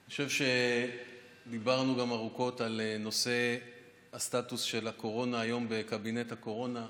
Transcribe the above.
אני חושב שדיברנו גם ארוכות על סטטוס הקורונה היום בקבינט הקורונה.